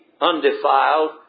undefiled